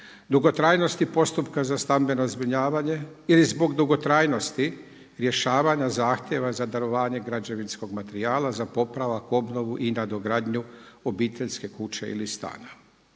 dugotrajnosti postupka za stambeno zbrinjavanje ili zbog dugotrajnosti zahtjeva za …/Govornik se ne razumije./… građevinskog materijala za popravak, obnovu i nadogradnju obiteljske kuće ili stana.